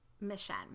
mission